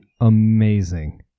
Amazing